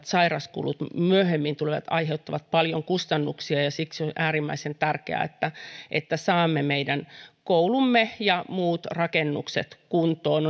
sairauskulut myöhemmin tulevat aiheuttamaan paljon kustannuksia siksi on äärimmäisen tärkeää että että saamme meidän koulumme ja muut rakennukset kuntoon